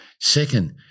Second